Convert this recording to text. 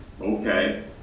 Okay